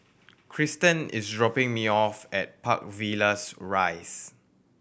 Christen is dropping me off at Park Villas Rise